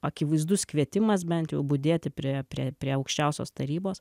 akivaizdus kvietimas bent jau budėti prie prie prie aukščiausios tarybos